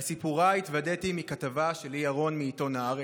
לסיפורה התוודעתי מכתבה של לי ירון בעיתון הארץ.